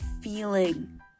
feeling